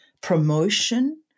promotion